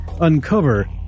uncover